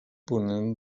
ponent